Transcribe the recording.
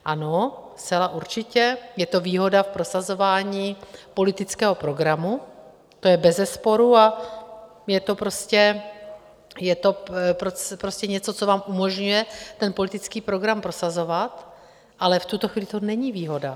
Ano, zcela určitě je to výhoda v prosazování politického programu, to je bezesporu a je to prostě něco, co vám umožňuje ten politický program prosazovat, ale v tuto chvíli to není výhoda.